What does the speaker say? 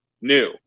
new